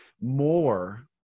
more